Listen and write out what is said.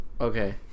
Okay